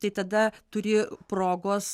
tai tada turi progos